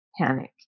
panic